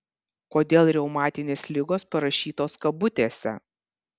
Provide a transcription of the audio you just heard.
kodėl reumatinės ligos parašytos kabutėse